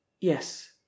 Yes